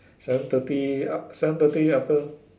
seven thirty af~ seven thirty after